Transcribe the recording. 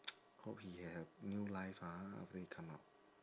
hope he have new life ha after he come out